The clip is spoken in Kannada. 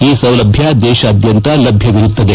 ಈ ಸೌಲಭ್ಯ ದೇಶಾದ್ದಂತ ಲಭ್ಯವಿರುತ್ತದೆ